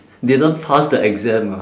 didn't pass the exam ah